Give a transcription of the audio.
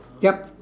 yup